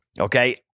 Okay